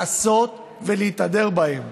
לעשות ולהתהדר בהם.